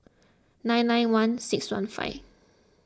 nine nine one six one five